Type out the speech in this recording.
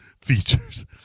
features